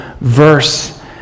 verse